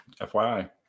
FYI